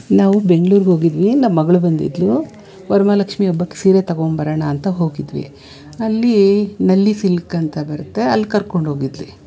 ನಾವು ಬೆಂಗ್ಳೂರಿಗೆ ಹೋಗಿದ್ವಿ ನಮ್ಮ ಮಗಳು ಬಂದಿದ್ದಳು ವರಮಾಲಕ್ಷ್ಮಿ ಹಬ್ಬಕ್ಕೆ ಸೀರೆ ತೊಗೊಂಡ್ಬರೋಣ ಅಂತ ಹೋಗಿದ್ವಿ ಅಲ್ಲಿ ನಲ್ಲಿ ಸಿಲ್ಕ್ ಅಂತ ಬರತ್ತೆ ಅಲ್ಲಿ ಕರ್ಕೊಂಡೋಗಿದ್ಲು